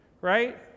right